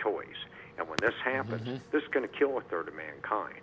toys and when this happens is this going to kill a third of mankind